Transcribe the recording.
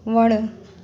वणु